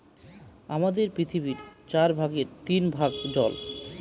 আমাদের পৃথিবীর চার ভাগের তিন ভাগ জল